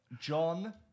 John